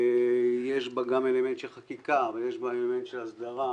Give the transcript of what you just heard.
שיש בה גם אלמנט של חקיקה ויש בה אלמנט של הסדרה,